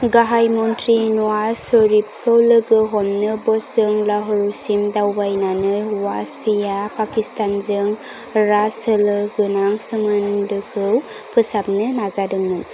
गाहाय मनथ्रि नवाज शरीफखौ लोगो हमनो बसजों लाहौरसिम दावबायनानै वाजपेया पाकिस्तानजों राजसोलो गोनां सोमोन्दोखौ फोसाबनो नाजादोंमोन